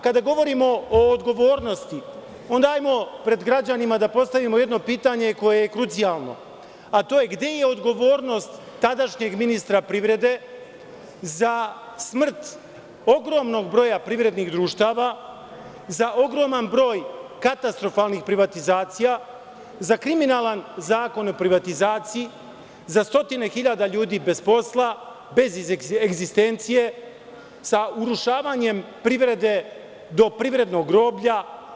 Kada govorimo o odgovornosti, onda hajde pred građanima da postavimo jedno pitanje koje je krucijalno, a to je – gde je odgovornost tadašnjeg ministra privrede za smrt ogromnog broja privrednih društava, za ogroman broj katastrofalnih privatizacija, za kriminalan Zakon o privatizaciji, za stotine hiljada ljudi bez posla, bez egzistencije, sa urušavanje privrede do privrednog groblja?